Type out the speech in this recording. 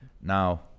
now